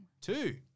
Two